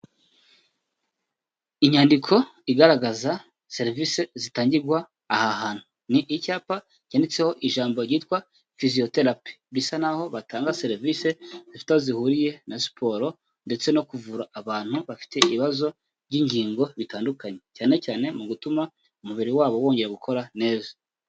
Inyandiko igaragaza serivisi zitangirwa aha hantu, ni icyapa cyanditseho ijambo ryitwa physiotherapyi, bisa naho batanga serivisi zifite aho zihuriye na siporo ndetse no kuvura abantu bafite ibibazo by'ingingo bitandukanye, cyane cyane mu gutuma umubiri wabo wongera gukora neza.